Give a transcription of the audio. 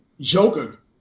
Joker